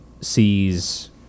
sees